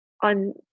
on